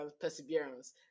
perseverance